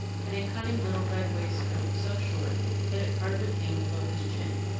and a cunning little red waistcoat so short that it hardly came below his chin.